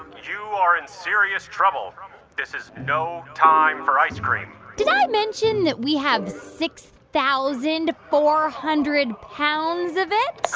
you are in serious trouble. this is no time for ice cream did i mention that we have six thousand four hundred pounds of it?